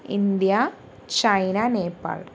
India China Nepal